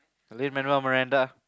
Lin-Manuel-Miranda